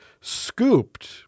scooped